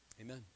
Amen